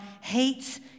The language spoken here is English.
hates